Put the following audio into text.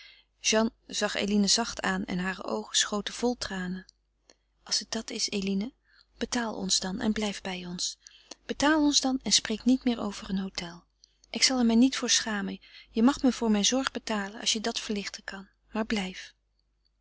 zag eline zacht aan en hare oogen schoten vol tranen als het dat is eline betaal ons dan en blijf bij ons betaal ons dan en spreek niet meer over een hotel ik zal er mij niet voor schamen je mag me voor mijn zorg betalen als je dat verlichten kan maar blijf